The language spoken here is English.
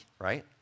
right